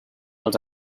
els